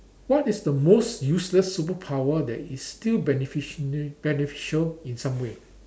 what is the most useless superpower that is still beneficiana~ beneficial in some way